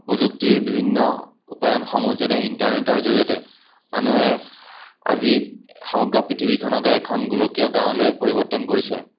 প্ৰযুক্তিৰ বিভিন্ন উপাদানসমূহ যেনে ইণ্টাৰনেটৰ জৰিয়তে মানুহে আজি সমগ্ৰ পৃথিৱীখনকে এখন গোলকীয় গাঁৱলৈ পৰিৱৰ্তন কৰিছে